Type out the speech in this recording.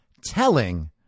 telling